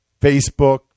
Facebook